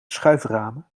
schuiframen